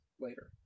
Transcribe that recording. later